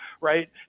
right